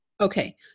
Okay